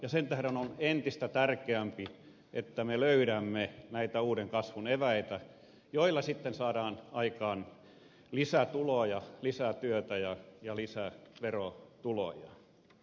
ja sen tähden on entistä tärkeämpää että me löydämme näitä uuden kasvun eväitä joilla sitten saadaan aikaan lisätuloja lisätyötä ja lisää verotuloja